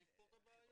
ונפתור את הבעיה.